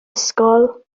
ysgol